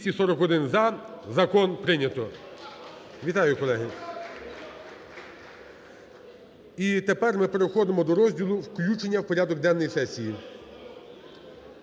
Вітаю, колеги.